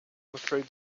afraid